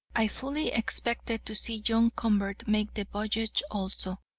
i fully expected to see john convert make the voyage also,